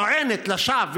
טוענת לשווא,